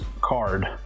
card